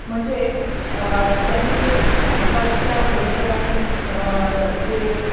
म्हणजे त्यांनी आसपासच्या परिसरातून जे